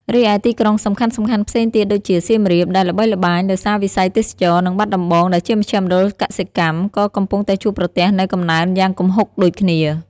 រីឯទីក្រុងសំខាន់ៗផ្សេងទៀតដូចជា សៀមរាប ដែលល្បីល្បាញដោយសារវិស័យទេសចរណ៍ និងបាត់ដំបង ដែលជាមជ្ឈមណ្ឌលកសិកម្ម ក៏កំពុងតែជួបប្រទះនូវកំណើនយ៉ាងគំហុកដូចគ្នា។